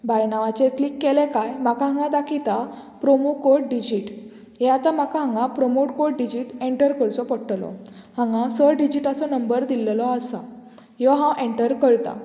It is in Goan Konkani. बाय नांवाचेर क्लिक केले कांय म्हाका हांगा दाखयता प्रोमो कोड डिजीट हे आतां म्हाका हांगा प्रोमो कोड डिजीट एन्टर करचो पडटलो हांगा स डिजीटाचो नंबर दिलेलो आसा ह्यो हांव एन्टर करता